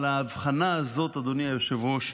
אבל ההבחנה הזאת, אדוני היושב-ראש,